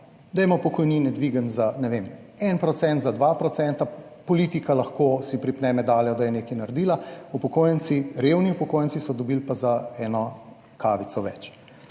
Dajmo pokojnine dvigniti za, ne vem, 1 %, za 2 % politika lahko si pripne medaljo, da je nekaj naredila, upokojenci, revni upokojenci so dobili pa za eno kavico več.